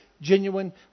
genuine